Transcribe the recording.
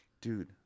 Dude